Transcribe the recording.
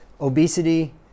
obesity